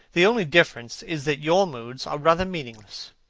the only difference is that your moods are rather meaningless.